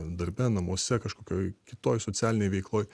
darbe namuose kažkokioj kitoj socialinėj veikloj